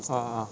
a'ah